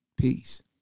Peace